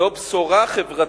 זאת בשורה חברתית.